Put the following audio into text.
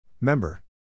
Member